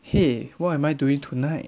!hey! what am I doing tonight